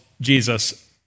Jesus